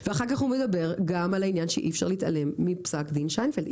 ואחר-כך הוא מדבר גם על העניין שאי אפשר להתעלם מפסק הדין שיינפלד.